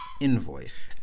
invoiced